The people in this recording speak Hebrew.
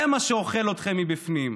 זה מה שאוכל אתכם מבפנים,